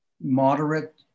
moderate